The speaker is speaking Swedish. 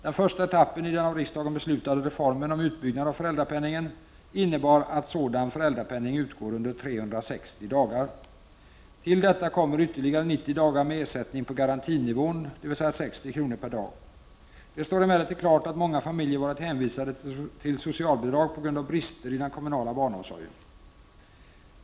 Den första etappen i den av riksdagen beslutade reformen om utbyggnad av föräldrapenningen innebar att sådan föräldrapenning utgår under 360 dagar. Till detta kommer ytterligare 90 dagar med ersättning på garantinivå, dvs. 60 kr. per dag. Det står emellertid klart att många familjer varit hänvisade till socialbidrag på grund av brister i den kommunala barnomsorgen.